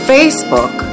Facebook